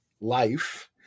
life